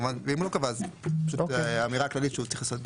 ואם לא קבע אז האמירה הכללית שהוא צריך לשאת בעלויות.